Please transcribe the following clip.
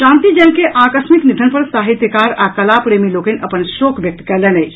शांति जैन के आकस्मिक निधन पर साहित्यकार आ कला प्रेमी लोकनि अपन शोक व्यक्त कयलनि अछि